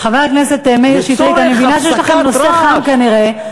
לצורך הפסקת רעש.